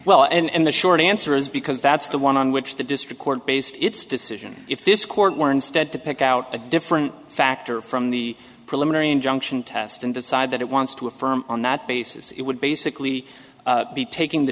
well and the short answer is because that's the one on which the district court based its decision if this court were instead to pick out a different factor from the preliminary injunction test and decide that it wants to affirm on that basis it would basically be taking the